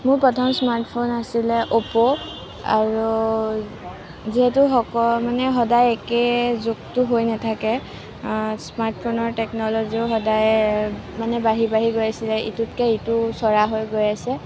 মোৰ প্ৰথম স্মাৰ্টফোন আছিলে অ'প্প' আৰু যিহেতু মানে সদায় একেই যোগতো হৈ নাথাকে স্মাৰ্টফোনৰ টেকন'লজিও সদায় মানে বাঢ়ি বাঢ়ি গৈ আছে ইটোতকৈ সিটো চৰা হৈ গৈ আছে